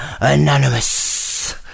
anonymous